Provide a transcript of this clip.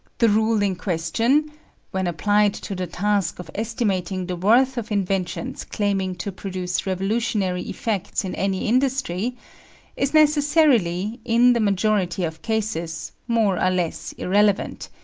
the rule in question when applied to the task of estimating the worth of inventions claiming to produce revolutionary effects in any industry is necessarily, in the majority of cases, more or less irrelevant,